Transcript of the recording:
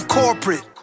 corporate